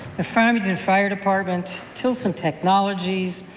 the farmington fire department, tilson technologies,